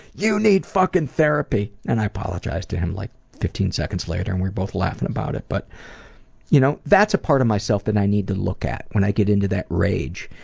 you need fucking therapy! and i apologized to him like fifteen seconds later and we were both laughing about it. but you know, that's a part of myself that i need to look at, when i get into that rage,